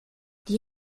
die